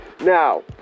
Now